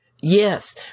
Yes